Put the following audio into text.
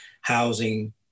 housing